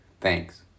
Thanks